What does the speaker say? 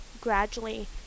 gradually